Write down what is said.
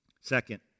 Second